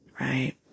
right